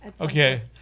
Okay